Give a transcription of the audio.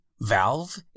Valve